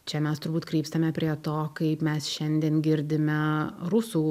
čia mes turbūt krypstame prie to kaip mes šiandien girdime rusų